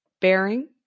bearing